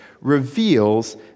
reveals